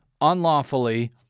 unlawfully